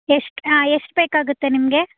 ಎಷ್ಟು ಹಾಂ ಎಷ್ಟು ಬೇಕಾಗುತ್ತೆ ನಿಮಗೆ